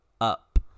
up